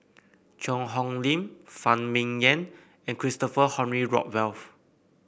Cheang Hong Lim Phan Ming Yen and Christopher Henry Rothwell